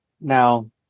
Now